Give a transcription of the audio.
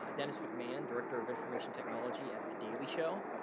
um dennis mcmahon director of information technology at the daily show.